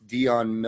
Dion